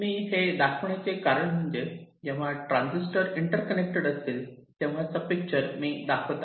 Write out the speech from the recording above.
मी दाखविण्याचे कारण म्हणजे जेव्हा ट्रांजिस्टर इंटरकनेक्टेड असतील तेव्हाचा पिक्चर मी दाखवत आहे